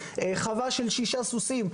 חווה של שישה סוסים,